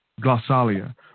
glossalia